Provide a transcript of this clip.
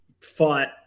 fought